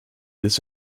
this